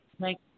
Thank